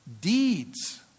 deeds